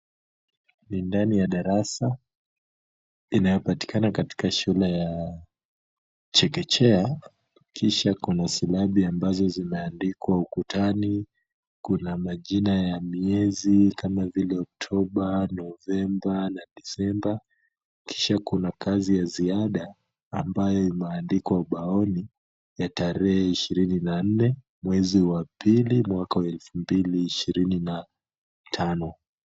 Ni ndani ya darasa inayopatikana katika shule ya chekechea, kisha kuna silabi ambazo zimeandikwa ukutani, kuna majina ya miezi kama vile Oktoba, Novemba na Desemba, kisha kuna kazi ya ziada ambayo imeandikwa ubaoni ya tarehe ishirini na nne mwezi wa pili mwaka elfu mbili ishirini na tano.